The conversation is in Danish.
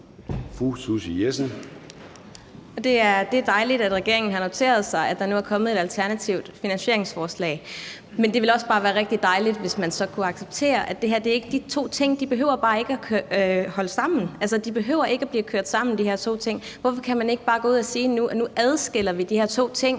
Det er dejligt, at regeringen har noteret sig, at der nu er kommet et alternativt finansieringsforslag, men det ville også bare være rigtig dejligt, hvis man så kunne acceptere, at de to ting ikke behøver at høre sammen, altså de her to ting behøver ikke at blive kørt sammen. Hvorfor kan man ikke bare gå ud og sige, at nu adskiller vi de her to ting,